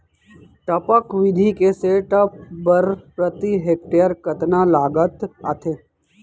टपक विधि के सेटअप बर प्रति हेक्टेयर कतना लागत आथे?